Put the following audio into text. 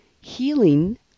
healing